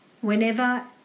Whenever